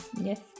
Yes